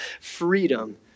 freedom